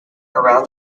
around